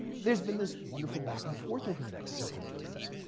there's been this wonderful back and forth over the next several years,